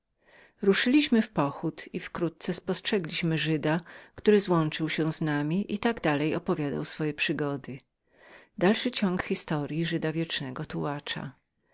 ruszyliśmy w pochód i wkrótce spostrzegliśmy żyda który złączył się z nami i tak dalej opowiadał swoje przygody